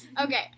Okay